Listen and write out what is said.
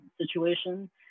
situation